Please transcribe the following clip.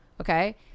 okay